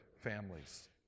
families